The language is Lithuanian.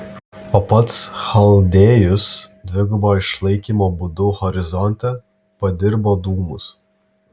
o pats chaldėjus dvigubo išlaikymo būdu horizonte padirbo dūmus